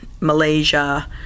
Malaysia